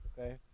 okay